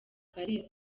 paris